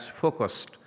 focused